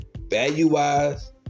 value-wise